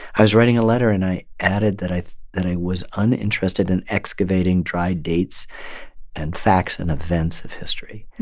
i was writing a letter, and i added that i that i was uninterested in excavating dried dates and facts and events of history,